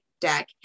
deck